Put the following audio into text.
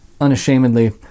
unashamedly